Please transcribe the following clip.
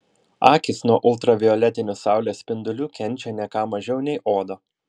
akys nuo ultravioletinių saulės spindulių kenčia ne ką mažiau nei oda